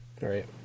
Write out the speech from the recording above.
right